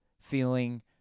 feeling